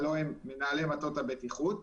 הלא הם מנהלי מטות הבטיחות,